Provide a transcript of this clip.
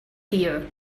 here